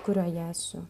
kurioje esu